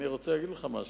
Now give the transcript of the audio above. אני רוצה להגיד לך משהו.